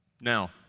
Now